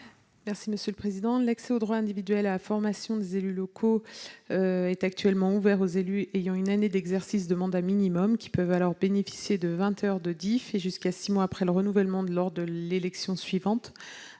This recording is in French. L'accès au droit individuel à la formation des élus locaux est actuellement ouvert aux élus ayant une année d'exercice de mandat au minimum. Ils peuvent alors bénéficier de vingt heures de DIF et jusqu'à six mois après le renouvellement lors de l'élection suivante.